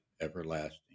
everlasting